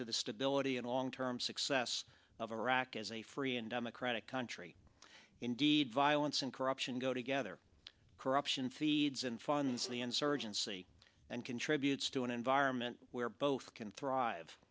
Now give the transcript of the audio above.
to the stability and long term success of iraq as a free and democratic country indeed violence and corruption go together corruption seeds and funds the insurgency and contributes to an environment where both can thrive